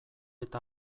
eta